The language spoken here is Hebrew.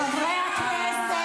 תלכי לייעוץ.